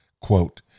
quote